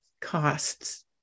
costs